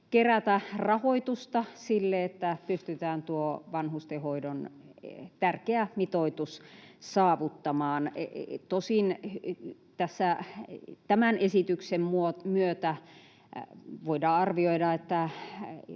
kerätä rahoitusta sille, että pystytään tuo vanhustenhoidon tärkeä mitoitus saavuttamaan. Tosin tässä tämän esityksen myötä voidaan arvioida, että